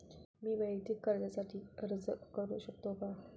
मी वैयक्तिक कर्जासाठी अर्ज करू शकतो का?